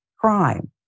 crime